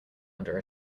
under